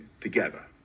together